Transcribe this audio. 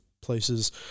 places